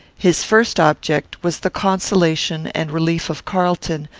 his first object was the consolation and relief of carlton,